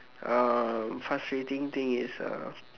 um frustrating thing is uh